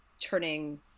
turning